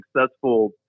successful